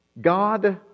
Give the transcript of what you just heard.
God